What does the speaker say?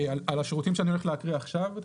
אתה מתכוון על השירותים שאני הולך להקריא עכשיו?